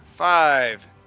Five